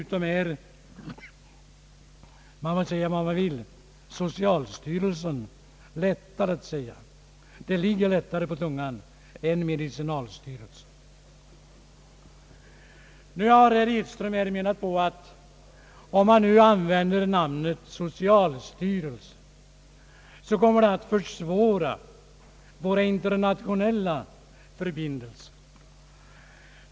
Man må tycka vad man vill, men socialstyrelsen är dessutom lättare att säga. Ordet ligger lättare på tungan än medicinalstyrelsen. Herr Edström har anfört att namnet socialstyrelsen, om det kommer till användning, skulle försvåra våra internationella förbindelser.